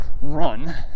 run